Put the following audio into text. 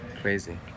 crazy